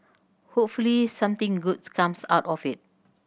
hopefully something good comes out of it